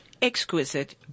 Exquisite